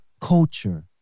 culture